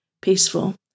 peaceful